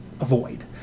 avoid